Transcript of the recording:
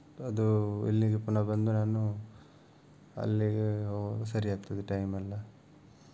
ಅದು ಇಲ್ಲಿಗೆ ಪುನಃ ಬಂದು ನಾನು ಅಲ್ಲಿಗೆ ಹೋಗುವಾಗ ಸರಿ ಆಗ್ತದೆ ಟೈಮೆಲ್ಲ